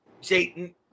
Satan